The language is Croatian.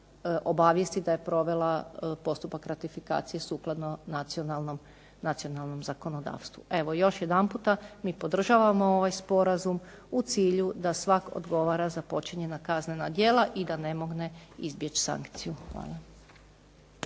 obavijesti da je provela postupak ratifikacije sukladno nacionalnom zakonodavstvu. Evo, još jedanputa mi podržavamo ovaj sporazum u cilju da svak' odgovara za počinjena kaznena djela i da ne mogne izbjeći sankciju. Hvala.